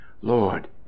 lord